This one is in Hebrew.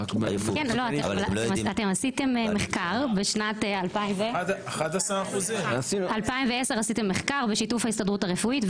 11%. אתם עשיתם מחקר בשנת 2010 בשיתוף ההסתדרות הרפואית,